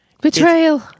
Betrayal